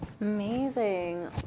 Amazing